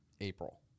April